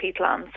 peatlands